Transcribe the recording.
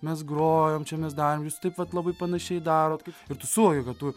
mes grojom čia mes darėm jūs taip vat labai panašiai darot ir tu suvoki kad tu